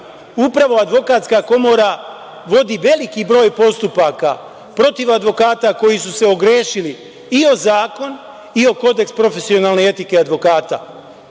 upravo Advokatska komora vodi veliki broj postupaka protiv advokata koji su se ogrešili i o zakon i o kodeks profesionalne etike advokata.